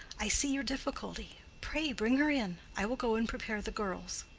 i see your difficulty. pray bring her in. i will go and prepare the girls.